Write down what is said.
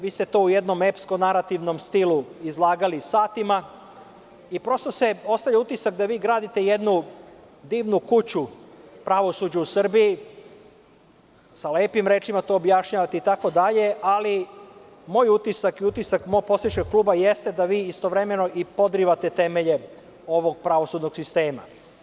Vi ste to u jednom epskom narativnom stilu izlagali satima i prosto se ostavlja utisak da vi gradite jednu divnu kuću pravosuđu u Srbiji, sa lepim rečima to objašnjavate itd, ali moj utisak i utisak mog poslaničkog kluba jeste da vi istovremeno i podrivate temelje ovog pravosudnog sistema.